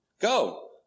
go